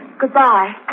Goodbye